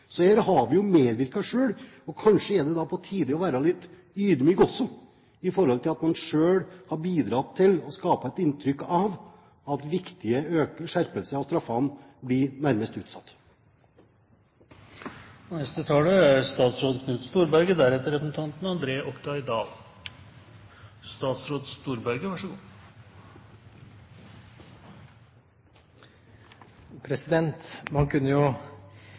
Så her har vi jo medvirket selv, og kanskje er det da på tide å være litt ydmyk også i forhold til at man selv har bidratt til å skape et inntrykk av at viktige skjerpelser av straffene nærmest blir utsatt. Man kan jo